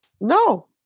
no